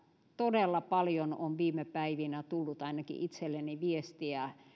todella paljon on viime päivinä tullut ainakin itselleni viestiä